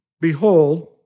Behold